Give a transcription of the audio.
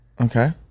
Okay